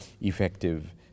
effective